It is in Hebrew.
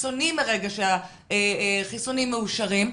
קיצוני מרגע שהחיסונים מאושרים,